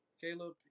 Caleb